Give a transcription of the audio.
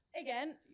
again